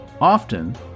Often